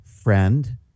Friend